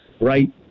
right